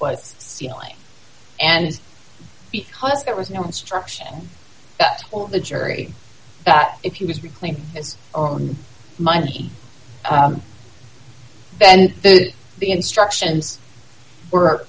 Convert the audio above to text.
was stealing and because there was no instruction of the jury that if he was reclaim his own money then the instructions were